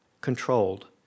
controlled